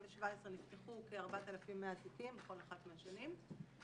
נפתחו כ-4100 תיקים בכל אחת מהשנים.